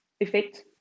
effect